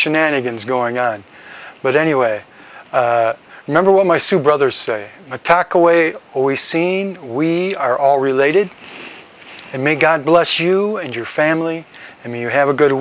shenanigans going on but anyway number one my sue brothers say attack away always seen we are all related and may god bless you and your family and you have a good